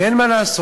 ואין מה לעשות.